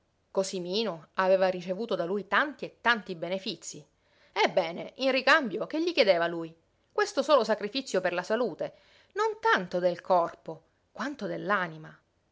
cosimino aveva ricevuto da lui tanti e tanti benefizii ebbene in ricambio che gli chiedeva lui questo solo sacrifizio per la salute non tanto del corpo quanto